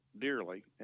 dearly